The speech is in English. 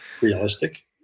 realistic